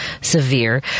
severe